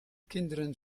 kinderen